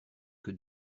que